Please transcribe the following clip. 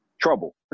trouble